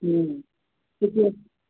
ହୁଁ